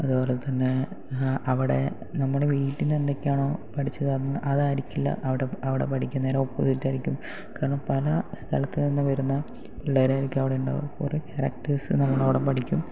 അതുപോലെത്തന്നെ അവിടെ നമ്മുടെ വീട്ടിൽനിന്നു എന്തൊക്കെയാണോ പഠിച്ചത് അതൊന്നും അതായിരിക്കില്ല അവിടെ അവിടെ പഠിക്കുന്നത് നേരെ ഓപ്പോസിറ്റ് ആയിരിക്കും കാരണം പല സ്ഥലത്തു നിന്നു വരുന്ന പിള്ളേരായിരിക്കും അവിടെ ഉണ്ടാവുക കുറേ ക്യാരക്റ്റര്സ് നമ്മളവിടെ പഠിക്കും